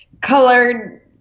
colored